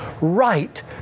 right